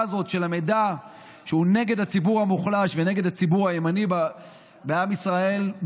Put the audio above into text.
הזאת של המידע שהוא נגד הציבור המוחלש ונגד הציבור הימני בעם ישראל,